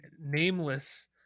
nameless